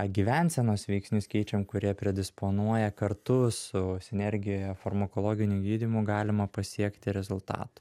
gyvensenos veiksnius keičiam kurie predisponuoja kartu su sinergijoje farmakologiniu gydymu galima pasiekti rezultatų